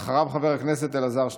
אחריו, חבר הכנסת אלעזר שטרן,